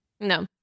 no